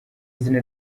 izina